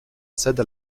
cède